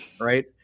Right